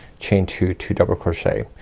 chain two, two double crochet.